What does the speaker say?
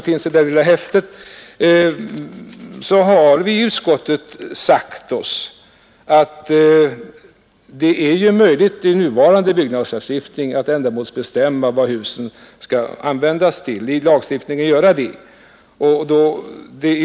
Vi har i utskottet sagt oss att det enligt nuvarande byggnadslagstiftning är möjligt att bestämma vilket ändamäl husen skall ha.